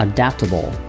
Adaptable